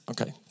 Okay